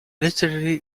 literary